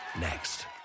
Next